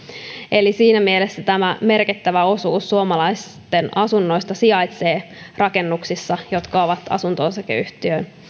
eli siinä mielessä tämä merkittävä osuus suomalaisten asunnoista sijaitsee rakennuksissa jotka ovat asunto osakeyhtiön